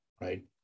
Right